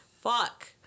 fuck